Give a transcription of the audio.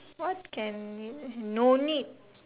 what can you no need